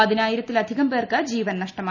പതിനായിരത്തിലധികം പേർക്ക് ജീവൻ നഷ്ടമായി